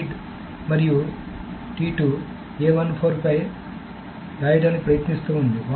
read మరియు పై రాయడానికి ప్రయత్నిస్తూ ఉంది